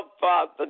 Father